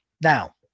now